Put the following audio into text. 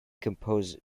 composed